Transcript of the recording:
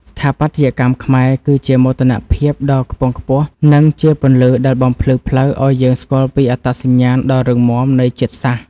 ស្ថាបត្យកម្មខ្មែរគឺជាមោទនភាពដ៏ខ្ពង់ខ្ពស់ និង ជាពន្លឺដែលបំភ្លឺផ្លូវឱ្យយើងស្គាល់ពីអត្តសញ្ញាណដ៏រឹងមាំនៃជាតិសាសន៍។